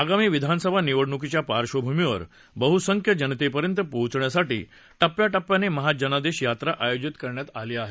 आगामी विधानसभा निवडणुकीच्या पार्श्वभूमीवर बहुसंख्य जनतेपर्यंत पोहोचण्यासाठी टप्प्याटप्याने महाजनादेश यात्रा आयोजित करण्यात आली होती